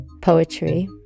poetry